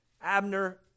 Abner